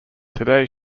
today